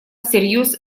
всерьез